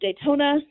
Daytona